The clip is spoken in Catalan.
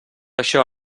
això